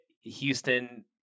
Houston